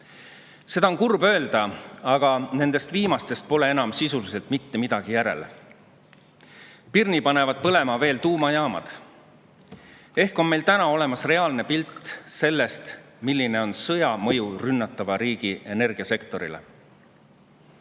Seda on kurb öelda, aga nendest viimastest pole enam sisuliselt mitte midagi järel. Pirni panevad põlema veel tuumajaamad. Ehk on meil täna olemas reaalne pilt sellest, milline on sõja mõju rünnatava riigi energiasektorile. Lugesin